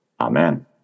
Amen